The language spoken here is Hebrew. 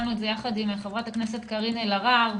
הובלנו את זה יחד עם חברת הכנסת קארין אלהרר,